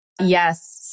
Yes